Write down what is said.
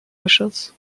wishes